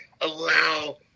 allow